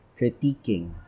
critiquing